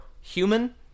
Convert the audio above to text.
human